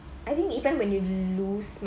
I think even when you lose